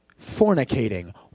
fornicating